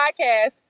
podcast